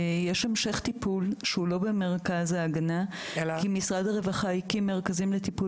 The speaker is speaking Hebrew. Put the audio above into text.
יש המשך טיפול שהוא לא במרכז ההגנה כי משרד הרווחה הקים מרכזים לטיפול